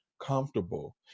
comfortable